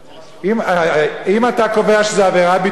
אם אתה קובע שזו עבירה ביטחונית,